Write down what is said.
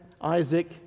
Isaac